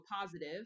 positive